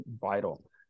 vital